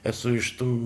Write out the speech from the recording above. esu iš tų